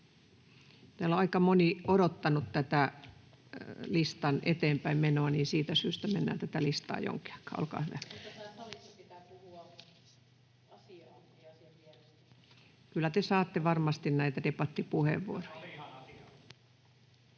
Täällä on aika moni odottanut tätä listan eteenpäinmenoa, niin että siitä syystä mennään tätä listaa jonkin aikaa. — Olkaa hyvä. [Krista Kiuru: Mutta täällä salissa